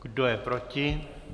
Kdo je proti?